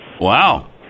wow